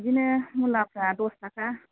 बिदिनो मुलाफोरा दस थाखा